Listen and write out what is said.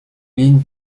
lignes